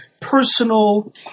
personal